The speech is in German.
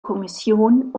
kommission